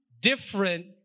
different